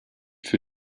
für